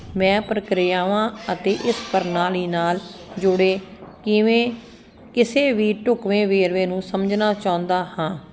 ਮੈਂ ਪ੍ਰਕਿਰਿਆਵਾਂ ਅਤੇ ਇਸ ਪ੍ਰਣਾਲੀ ਨਾਲ ਜੁੜੇ ਕਿਵੇਂ ਕਿਸੇ ਵੀ ਢੁੱਕਵੇਂ ਵੇਰਵੇ ਨੂੰ ਸਮਝਣਾ ਚਾਹੁੰਦਾ ਹਾਂ